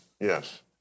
Yes